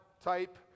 type